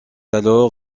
alors